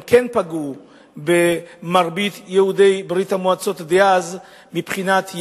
הם כן פגעו במרבית יהודי ברית-המעוצות דאז מבחינת יהדות,